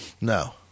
No